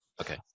Okay